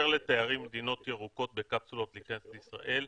לתיירים ממדינות ירוקות להיכנס לישראל בקפסולות,